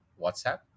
whatsapp